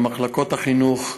מחלקות החינוך בעיריות,